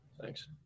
Thanks